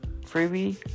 freebie